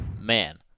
Man